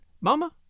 Mama